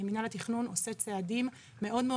מינהל התכנון עושה צעדים מאוד מאוד